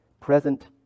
Present